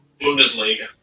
Bundesliga